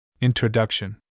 Introduction